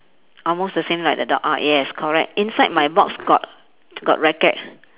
almost the same like the dog ah yes correct inside my box got got racket